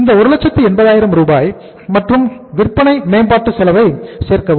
இந்த 180000 ரூபாய் மற்றும் விற்பனை மேம்பாட்டு செலவை சேர்க்கவும்